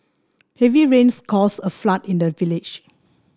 heavy rains caused a flood in the village